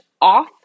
off